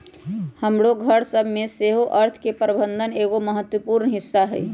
हमरो घर सभ में सेहो अर्थ के प्रबंधन एगो महत्वपूर्ण हिस्सा होइ छइ